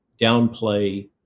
downplay